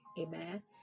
amen